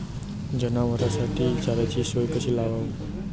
जनावराइसाठी चाऱ्याची सोय कशी लावाव?